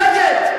שקט.